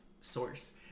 source